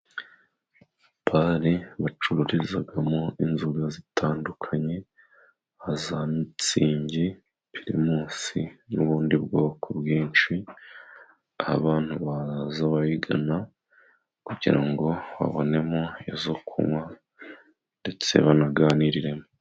Bale bacururizamo inzoga zitandukanye nka za mitsingi, pirimusi n'ubundi bwoko bwinshi. Aho abantu bazaza bayigana kugira ngo babonemo izo kunywa ndetse banaganiremo.